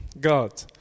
God